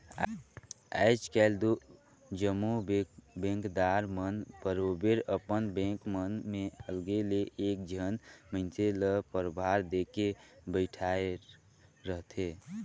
आएज काएल दो जम्मो बेंकदार मन बरोबेर अपन बेंक मन में अलगे ले एक झन मइनसे ल परभार देके बइठाएर रहथे